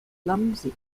clumsy